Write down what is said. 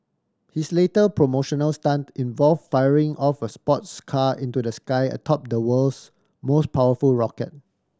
his late promotional stunt involve firing off a sports car into the sky atop the world's most powerful rocket